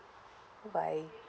goodbye